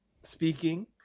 speaking